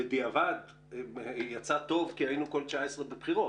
בדיעבד יצא טוב כי היינו כל 2019 בבחירות